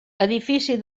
edifici